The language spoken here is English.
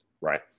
Right